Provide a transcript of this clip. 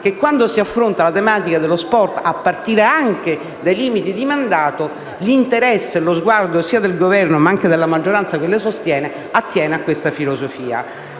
Quando si affronta la tematica dello sport, a partire anche dai limiti di mandato, l'interesse e lo sguardo del Governo e della maggioranza che lo sostiene attengono a questa filosofia.